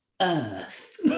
Earth